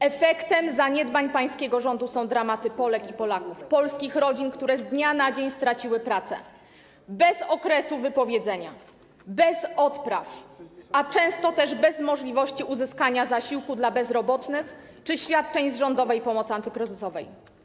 Efektem zaniedbań pańskiego rządu są dramaty polskich rodzin, Polek i Polaków, którzy z dnia na dzień stracili pracę bez okresu wypowiedzenia, bez odpraw, a często też bez możliwości uzyskania zasiłku dla bezrobotnych czy świadczeń z rządowej pomocy antykryzysowej.